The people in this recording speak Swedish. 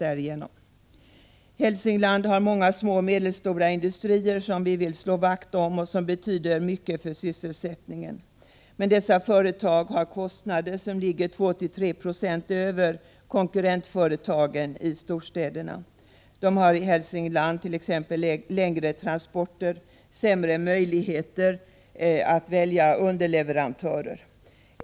Hälsingland har många små och medelstora industrier, som vi vill slå vakt om och som betyder mycket för sysselsättningen. Men dessa företag har kostnader som ligger 2-3 26 över kostnaderna för konkurrentföretagen i storstäderna. De har i Hälsingland t.ex. längre transporter och sämre möjligheter att välja underleverantörer.